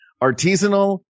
artisanal